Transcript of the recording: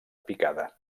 picada